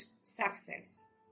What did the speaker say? success